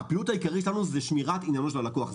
הפעילות העיקרית שלנו היא שמירת עניינו של הלקוח.